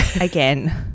again